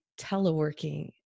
teleworking